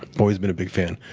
i've always been a big fan.